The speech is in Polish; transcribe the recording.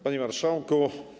Panie Marszałku!